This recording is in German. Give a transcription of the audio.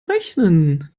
rechnen